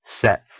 set